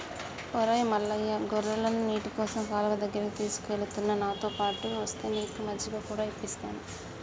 ఒరై మల్లయ్య గొర్రెలను నీటికోసం కాలువ దగ్గరికి తీసుకుఎలుతున్న నాతోపాటు ఒస్తే నీకు మజ్జిగ కూడా ఇప్పిస్తాను